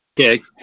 Okay